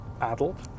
adult